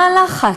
מה הלחץ?